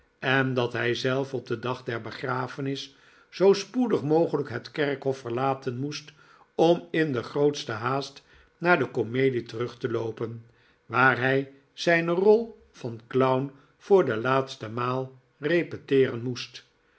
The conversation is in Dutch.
en dat hij zelf op den dag der begrafenis zoo spoedig mogelijk het kerkhof verlaten moest om in de grootste haast naar de komedie terug te loopen waar hij zijne rol van clown voor de laatste maal repeteeren moest